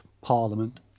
parliament